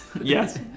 Yes